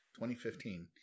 2015